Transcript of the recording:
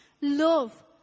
love